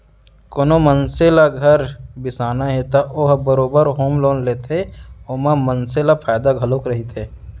कोनो मनसे ल घर बिसाना हे त ओ ह बरोबर होम लोन लेथे ओमा मनसे ल फायदा घलौ रहिथे